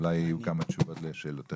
אולי יהיו כמה תשובות לשאלותיכם.